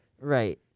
right